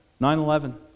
9-11